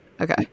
Okay